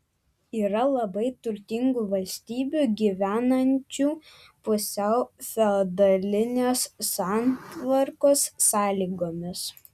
yra labai turtingų valstybių gyvenančių pusiau feodalinės santvarkos sąlygomis